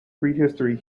prehistory